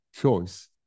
choice